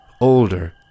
older